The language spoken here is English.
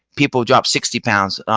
people dropped sixty pounds.